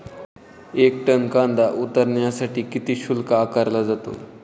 एक टन कांदा उतरवण्यासाठी किती शुल्क आकारला जातो?